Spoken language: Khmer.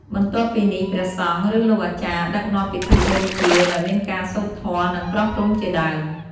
បន្ទាប់ពីនេះព្រះសង្ឃ ឬលោកអាចារ្យដឹកនាំពិធីបូជា ដោយមានការសូត្រធម៌ និងប្រោះព្រំជាដើម។